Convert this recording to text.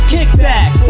Kickback